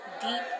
deep